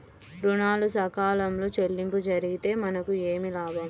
ఋణాలు సకాలంలో చెల్లింపు జరిగితే మనకు ఏమి లాభం?